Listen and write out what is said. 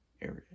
area